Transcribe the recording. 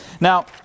now